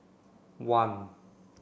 one